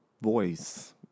voice